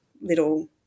little